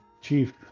chief